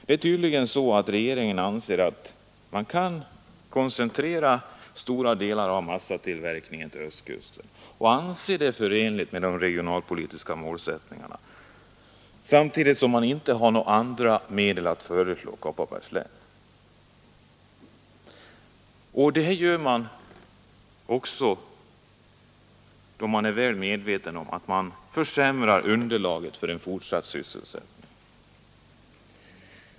Det är tydligen så att regeringen anser att man kan koncentrera stora delar av massatillverkningen till östkusten och anser att det är förenligt med de regionalpolitiska målsättningarna, samtidigt som man inte har några andra medel att föreslå Kopparbergs län, trots att man är väl medveten om att man försämrar underlaget för en fortsatt sysselsättning.